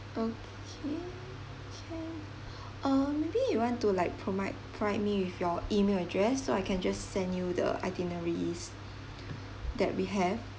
okay can uh maybe you want to like provide provide me with your email address so I can just send you the itineraries that we have